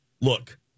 look